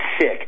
sick